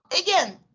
again